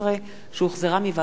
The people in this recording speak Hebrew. שהחזירה ועדת החוקה,